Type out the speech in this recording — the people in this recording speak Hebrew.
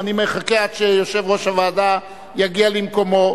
אני מחכה עד שיושב-ראש הוועדה יגיע למקומו.